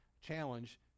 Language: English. challenge